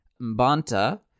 Mbanta